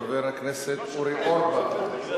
חבר הכנסת אורי אורבך.